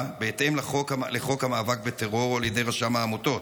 בהתאם לחוק המאבק בטרור על ידי רשם העמותות?